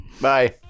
bye